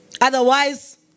Otherwise